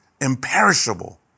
imperishable